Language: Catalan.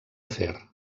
afer